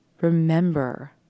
Remember